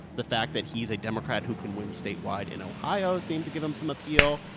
the fact that he's a democrat who can win statewide in ohio seemed to give him some appeal.